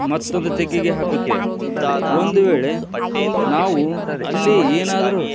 ಮತ್ತೊಂದು ತಗ್ಗಿಗೆ ಹಾಕುತ್ತೇವೆ ಒಂದು ವೇಳೆ ನಾವು ಅಲ್ಲಿ ಏನಾದರೂ